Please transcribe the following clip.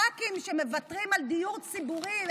הח"כים שמוותרים על דיור ציבורי,